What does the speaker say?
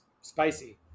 spicy